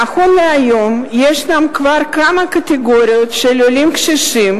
נכון להיום יש כבר כמה קטגוריות של עולים קשישים